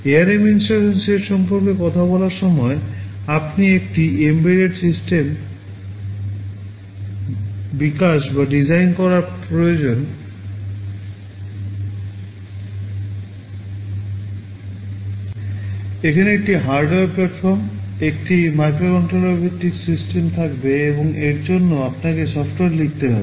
ARM INSTRUCTION set সম্পর্কে কথা বলার সময় একটি এম্বেডড সিস্টেম বিকাশ বা ডিজাইন করার প্রয়োজন এখানে একটি হার্ডওয়্যার প্ল্যাটফর্ম একটি মাইক্রোকন্ট্রোলার ভিত্তিক সিস্টেম থাকবে এবং এর জন্য আপনাকে সফ্টওয়্যার লিখতে হবে